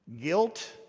guilt